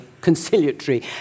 conciliatory